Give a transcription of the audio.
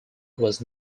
was